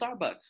Starbucks